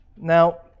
Now